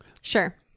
Sure